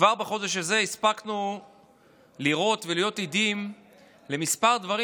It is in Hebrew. כבר בחודש הזה הספקנו לראות ולהיות עדים לכמה דברים